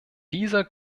dieser